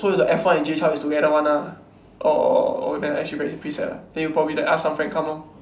so the F one and Jay Chou is together one ah orh then actually very pretty sad ah then you probably like ask some friend come lor